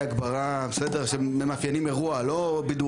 לגבי הבקשה של ה-48 שעות אנחנו לא מתנגדים וגם משרד הבט"פ לא מתנגד,